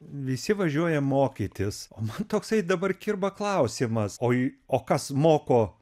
visi važiuoja mokytis man toksai dabar kirba klausimas o į o kas moko